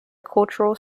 cultural